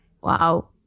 Wow